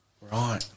Right